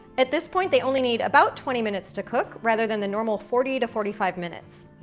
at this point, they only need about twenty minutes to cook rather than the normal forty to forty five minutes.